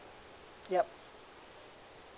yup